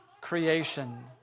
creation